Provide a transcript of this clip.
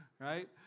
right